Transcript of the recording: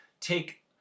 take